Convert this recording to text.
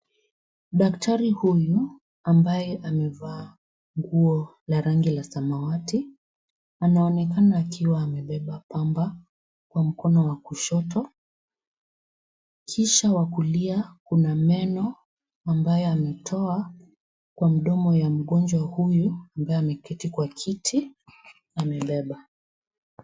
Daktari huyu ambaye amevaa nguo la rangi ya samawati, anaonekana akiwa amebeba pamba kwa mkono wa kushoto, kisha wa kulia una meno ambayo ametoa kwa mdomo ya mgonjwa huyu ambaye ameketi kwa kiti amebeba.